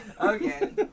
Okay